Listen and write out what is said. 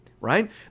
right